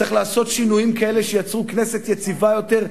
צריך לעשות שינויים כאלה שייצרו כנסת יציבה יותר,